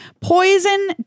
poison